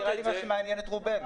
זה נראה לי מה שמעניין את רובנו.